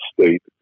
State